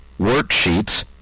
worksheets